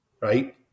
right